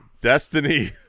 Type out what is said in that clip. Destiny